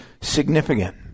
significant